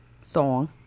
song